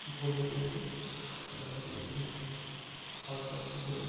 ভোরে উঠে গাছগুলোকে অল্প অল্প করে